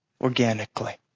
organically